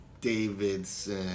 Davidson